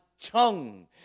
tongue